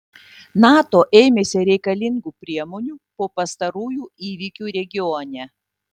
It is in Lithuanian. nato ėmėsi reikalingų priemonių po pastarųjų įvykių regione